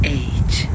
age